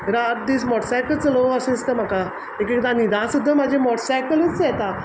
रात दीस मॉटरसायकल चलोवं अशें इसता म्हाका एक एकदां न्हिदा सुद्दां म्हाजे मॉटसायकलूच येता